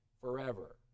forever